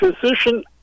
physician